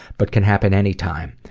but can happen any time.